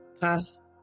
past